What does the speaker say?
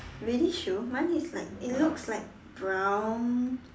really shoe mine is like it looks like brown